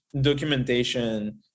documentation